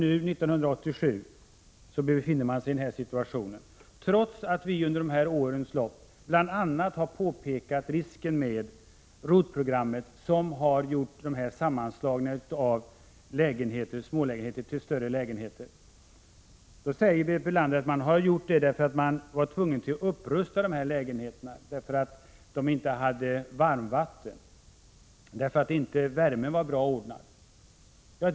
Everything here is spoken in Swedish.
Nu, 1987, har vi den här situationen på bostadsmarknaden, trots att vi under de här årens lopp bl.a. har pekat på risken med ROT-programmet, som inneburit sammanslagning av små lägenheter till större. Då säger Berit Bölander att man har gjort detta för att man var tvungen att upprusta dessa lägenheter, därför att de inte hade varmvatten och därför att värmen inte var bra ordnad.